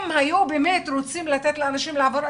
אם היו באמת רוצים לתת לאנשים לעבור,